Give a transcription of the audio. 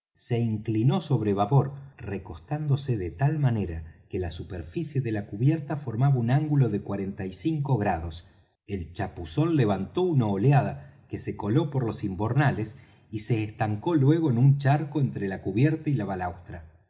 se inclinó sobre babor recostándose de tal manera que la superficie de la cubierta formaba un ángulo de cuarenta y cinco grados el chapuzón levantó una oleada que se coló por los imbornales y se estancó luego en un charco entre la cubierta y la